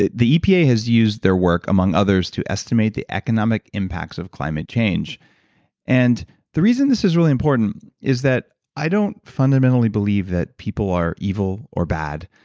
the the epa has used their work among others to estimate the economic impacts of climate change and the reason this is really important is that i don't fundamentally believe that people are evil or bad.